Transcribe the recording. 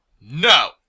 no